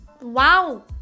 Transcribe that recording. Wow